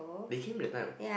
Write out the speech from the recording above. they came that time